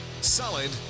solid